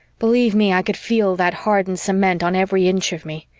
believe me, i could feel that hardened cement on every inch of me.